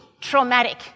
traumatic